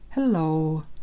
Hello